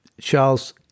Charles